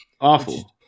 Awful